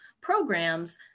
programs